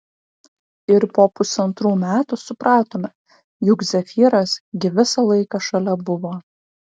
ir po pusantrų metų supratome juk zefyras gi visą laiką šalia buvo